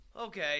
Okay